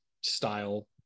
style